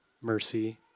mercy